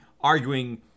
arguing